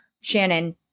Shannon